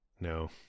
No